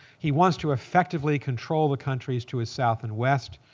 he wants to effectively control the countries to his south and west.